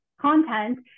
content